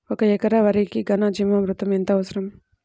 ఒక ఎకరా వరికి ఘన జీవామృతం ఎంత అవసరం?